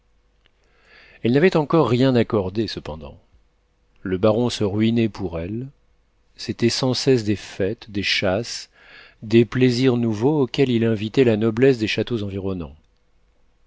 elle n'avait encore rien accordé cependant le baron se ruinait pour elle c'étaient sans cesse des fêtes des chasses des plaisirs nouveaux auxquels il invitait la noblesse des châteaux environnants